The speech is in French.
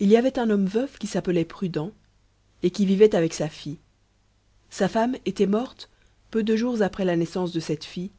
il y avait un homme veuf qui s'appelait prudent et qui vivait avec sa fille sa femme était morte peu de jours après la naissance de cette fille